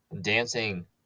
Dancing